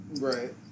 Right